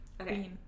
okay